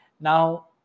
Now